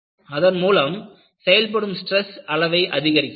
அதன் மூலம் செயல்படும் ஸ்ட்ரெஸ் அளவை அதிகரிக்கலாம்